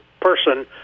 person